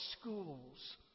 schools